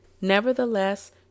nevertheless